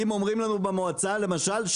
אם אומרים לנו במועצה למשל,